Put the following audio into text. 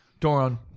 Doron